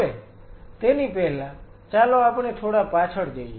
હવે તેની પહેલાં ચાલો આપણે થોડા પાછળ જઈએ